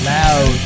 Loud